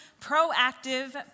proactive